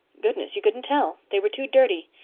goodness, you couldn't tell. they were too dirty.